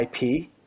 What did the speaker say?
IP